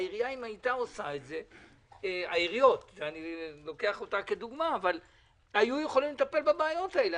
העיריות היו יכולות לטפל בבעיות האלה.